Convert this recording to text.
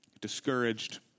discouraged